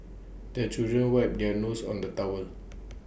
the children wipe their noses on the towel